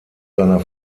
seiner